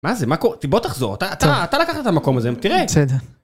מה זה, מה קורה, בוא תחזור, אתה לקחת את המקום הזה, תראה. בסדר.